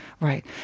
Right